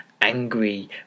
angry